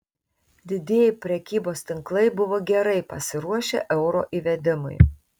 didieji prekybos tinklai buvo gerai pasiruošę euro įvedimui